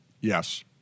Yes